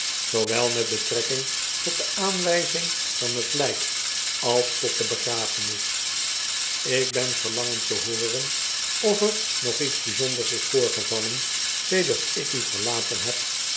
zoowel met betrekking tot de aanwijzing van t lijk als tot de begrafenis ik ben verlangend te hooren of er nog iets bijzonders is voorgevallen sedert ik u verlaten heb